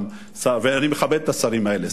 ואני מכבד את השרים האלה,